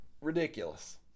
ridiculous